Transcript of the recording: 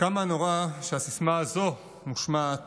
כמה נורא שהסיסמה הזו מושמעת